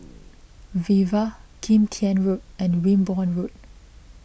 Viva Kim Tian Road and Wimborne Road